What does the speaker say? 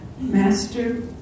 Master